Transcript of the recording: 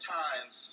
times